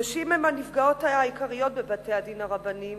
נשים הן הנפגעות העיקריות בבתי-הדין הרבניים,